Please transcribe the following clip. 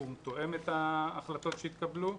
הסכום תואם את ההחלטות שהתקבלו.